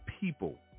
people